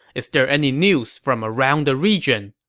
is there any news from around the region?